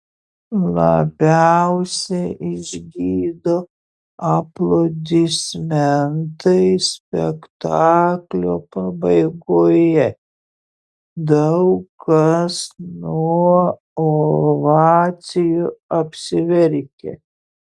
labiausiai išgydo aplodismentai spektaklio pabaigoje daug kas nuo ovacijų apsiverkia